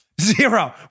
Zero